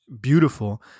beautiful